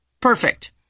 Perfect